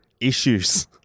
issues